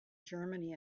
germany